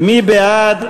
מי בעד?